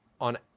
on